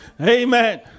Amen